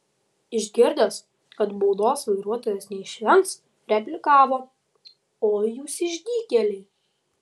išgirdęs kad baudos vairuotojas neišvengs replikavo oi jūs išdykėliai